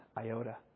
iota